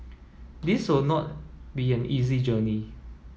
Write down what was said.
this will not be an easy journey